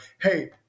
hey